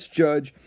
judge